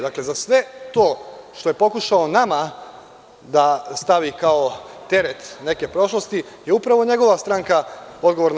Dakle, za sve to što je pokušao nama da stavi kao teret neke prošlosti je upravo njegova stranka odgovorna.